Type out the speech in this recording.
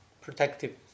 protective